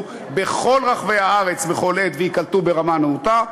בכל רחבי הארץ בכל עת וייקלטו ברמה נאותה.